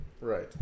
Right